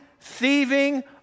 thieving